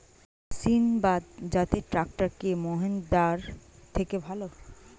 সিণবাদ জাতের ট্রাকটার কি মহিন্দ্রার থেকে ভালো?